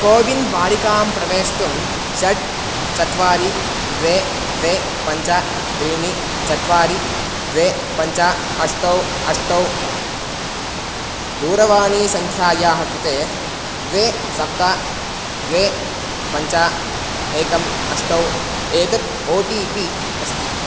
CoWIN द्वारिकां प्रवेष्टुं षट् चत्वारि द्वे द्वे पञ्च त्रीणि चत्वारि द्वे पञ्च अष्ट अष्ट दूरवाणीसङ्ख्यायाः कृते द्वे सप्त द्वे पञ्च एकम् अष्ट एतत् ओ टि पि अस्ति